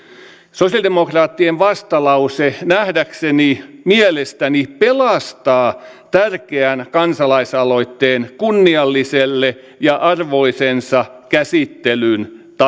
sosiaalidemokraattien vastalause nähdäkseni mielestäni pelastaa tärkeän kansalaisaloitteen kunnialliselle ja arvoisensa käsittelyn